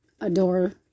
adore